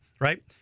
right